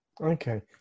Okay